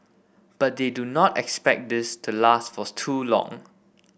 but they do not expect this to last for too long